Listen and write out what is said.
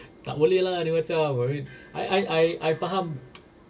tak boleh lah ni macam I mean I I I I faham